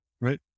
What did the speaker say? Right